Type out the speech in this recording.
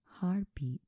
heartbeat